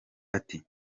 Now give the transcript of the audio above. ati